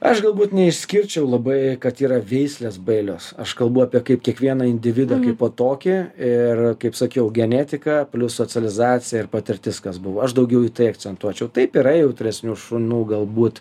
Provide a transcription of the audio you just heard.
aš galbūt neišskirčiau labai kad yra veislės bailios aš kalbu apie kaip kiekvieną individą kaip po tokį ir kaip sakiau genetika plius socializacija ir patirtis kas buvo aš daugiau į tai akcentuočiau taip yra jautresnių šunų galbūt